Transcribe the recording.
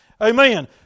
Amen